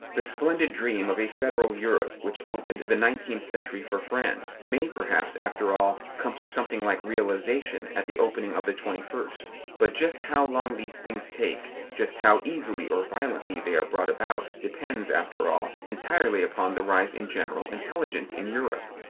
the splendid dream of a federal europe, which opened the nineteenth century for france, may perhaps, after all, come to something like realization at the opening of the twenty-first. but just how long these things take, just how easily or violently they are brought about, depends, after all, entirely upon the rise in general intelligence in europe.